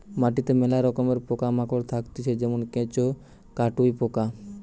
মাটিতে মেলা রকমের পোকা মাকড় থাকতিছে যেমন কেঁচো, কাটুই পোকা